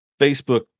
Facebook